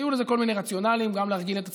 היו לזה כל מיני רציונלים: גם להרגיל את הציבור,